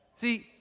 See